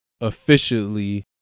officially